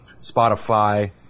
Spotify